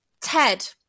Ted